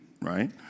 right